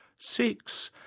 six,